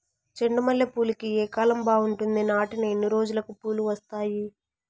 చెండు మల్లె పూలుకి ఏ కాలం బావుంటుంది? నాటిన ఎన్ని రోజులకు పూలు వస్తాయి?